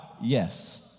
yes